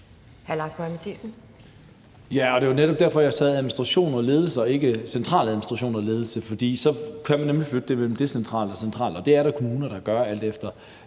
netop derfor, at jeg sagde administration og ledelse og ikke centraladministration og ledelse, for så kan man nemlig flytte det mellem det decentrale og det centrale. Det er der kommuner der gør, alt efter